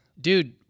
Dude